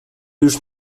już